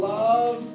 love